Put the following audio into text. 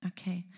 Okay